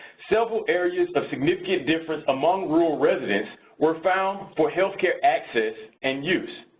several areas of significant difference among rural residents were found for health care access and use.